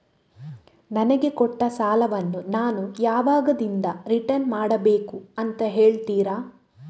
ನನಗೆ ಕೊಟ್ಟ ಸಾಲವನ್ನು ನಾನು ಯಾವಾಗದಿಂದ ರಿಟರ್ನ್ ಮಾಡಬೇಕು ಅಂತ ಹೇಳ್ತೀರಾ?